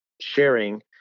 sharing